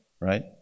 right